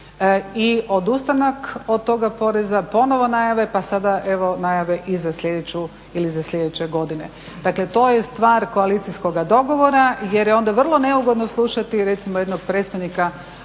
i odustanka od toga poreza, ponovno najave pa sada evo najave i za sljedeću ili za sljedeće godine. Dakle, to je stvar koalicijskoga dogovora jer je onda vrlo neugodno slušati jednog predstavnika